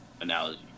analogy